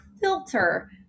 filter